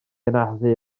anafu